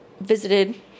visited